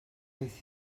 aeth